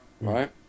right